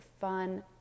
fun